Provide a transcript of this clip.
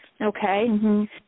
okay